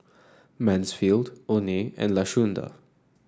Mansfield Oney and Lashunda